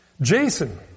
Jason